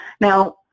Now